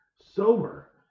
sober